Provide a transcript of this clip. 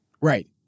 Right